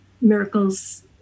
miracles